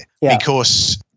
because-